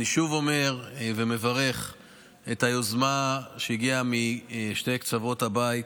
אני שוב מברך על היוזמה, שהגיעה משני קצוות הבית,